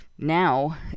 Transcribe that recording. Now